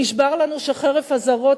נשבר לנו שחרף אזהרות,